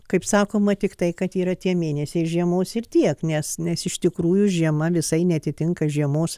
kaip sakoma tiktai kad yra tie mėnesiai žiemos ir tiek nes nes iš tikrųjų žiema visai neatitinka žiemos